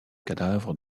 cadavre